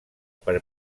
per